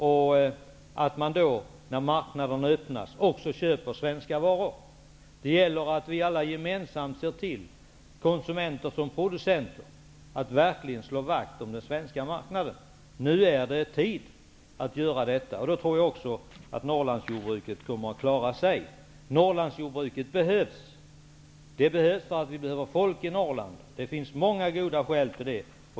Då vill det till att vi, när marknaderna öppnas, fortsätter att köpa svenska varor. Det gäller att vi alla gemensamt ser till -- både konsumenter och producenter -- att verkligen slå vakt om den svenska marknaden. Nu är det tid att göra detta. Då tror jag också att Norrlandsjordbruket kommer att klara sig. Norrlandsjordbruket behövs. Det behövs för att vi behöver folk i Norrland. Det finns många goda skäl till det.